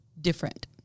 different